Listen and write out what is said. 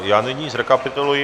Já nyní zrekapituluji.